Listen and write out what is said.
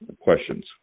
Questions